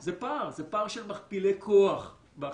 זה פער, זה פער של מכפילי כוח באכיפה.